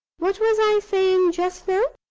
what was i saying just now?